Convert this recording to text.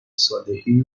صالحی